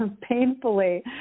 painfully